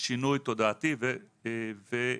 שינוי תודעתי ומהותי.